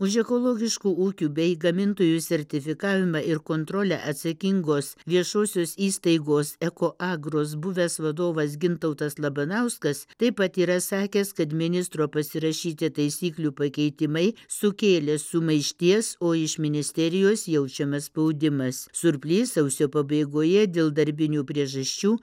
už ekologiškų ūkių bei gamintojų sertifikavimą ir kontrolę atsakingos viešosios įstaigos ekoagrus buvęs vadovas gintautas labanauskas taip pat yra sakęs kad ministro pasirašyti taisyklių pakeitimai sukėlė sumaišties o iš ministerijos jaučiamas spaudimas surplys sausio pabaigoje dėl darbinių priežasčių